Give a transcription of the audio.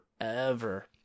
forever